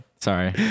sorry